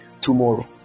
tomorrow